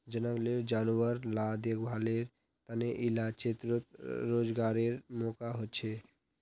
जनगलेर जानवर ला देख्भालेर तने इला क्षेत्रोत रोज्गारेर मौक़ा होछे